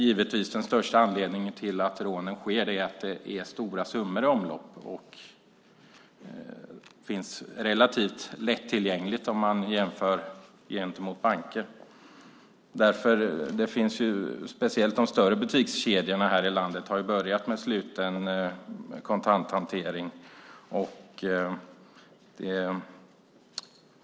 Givetvis är den största anledningen till att butiksrånen sker att stora summor är i omlopp och att de finns relativt lättillgängligt om man jämför med banker. Speciellt de större butikskedjorna här i landet har börjat med sluten kontanthantering.